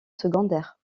secondaire